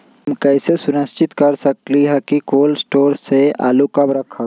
हम कैसे सुनिश्चित कर सकली ह कि कोल शटोर से आलू कब रखब?